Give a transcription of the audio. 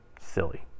silly